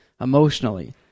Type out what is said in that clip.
emotionally